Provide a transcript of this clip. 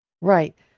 Right